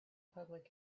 public